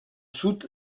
sud